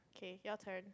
okay your turn